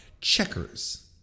checkers